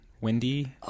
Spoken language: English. Wendy